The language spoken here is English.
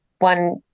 One